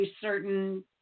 certain